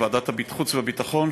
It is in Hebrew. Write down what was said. לוועדת החוץ והביטחון,